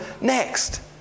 next